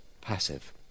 passive